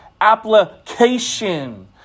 application